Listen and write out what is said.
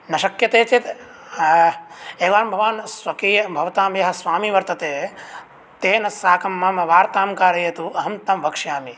न शक्यते चेत् एवं भवान् स्वकीय भवतां यः स्वामी वर्तते तेन साकं मम वार्तां कारयतु अहं तं वक्ष्यामि